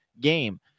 game